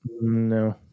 No